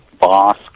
Boss